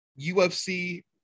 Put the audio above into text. ufc